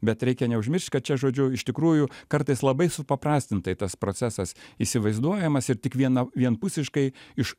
bet reikia neužmiršt kad čia žodžiu iš tikrųjų kartais labai supaprastintai tas procesas įsivaizduojamas ir tik viena vienpusiškai iš